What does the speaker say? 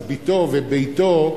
אז בתו וביתו,